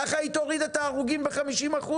ככה היא תוריד את ההרוגים ב-50%?